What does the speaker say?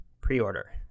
pre-order